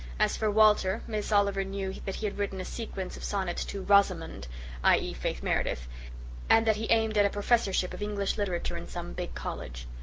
as for walter, miss oliver knew that he had written a sequence of sonnets to rosamond i e, faith meredith and that he aimed at a professorship of english literature in some big college.